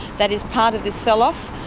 that is part of this sell-off,